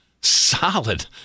Solid